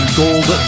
gold